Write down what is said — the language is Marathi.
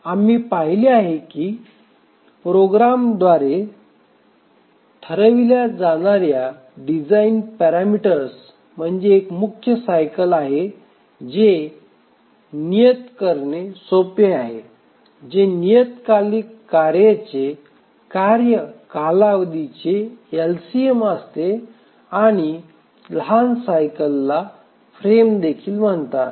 आम्ही पाहिले आहे की प्रोग्रामरद्वारे ठरविल्या जाणाऱ्या डिझाइन पॅरामीटर्स म्हणजे एक मुख्य सायकल आहे जे नियत करणे सोपे आहे जे नियतकालिक कार्येच्या कार्य कालावधीचे एलसीएम असते आणि लहान सायकलला फ्रेम देखील म्हणतात